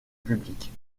publiques